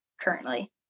currently